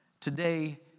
Today